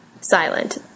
silent